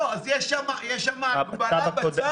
לא, יש שם הגבלה בצו.